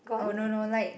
oh no no like